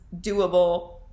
Doable